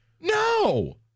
no